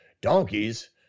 donkeys